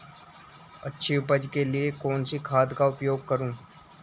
अच्छी उपज के लिए कौनसी खाद का उपयोग करूं?